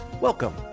Welcome